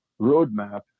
roadmap